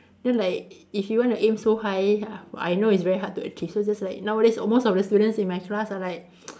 then like if you want to aim so high I know it's very hard to achieve so just like nowadays almost all the students in my class are like